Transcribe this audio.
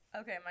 Okay